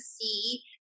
see